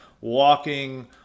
walking